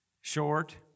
short